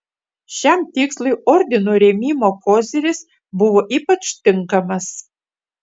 šiam tikslui ordino rėmimo koziris buvo ypač tinkamas